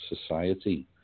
society